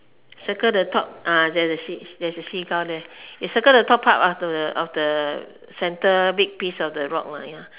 circle the top ah there's a seagull there you circle the top of the centre of the big piece of the rock ya